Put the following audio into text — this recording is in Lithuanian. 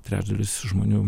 trečdalis žmonių